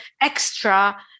extra